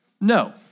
No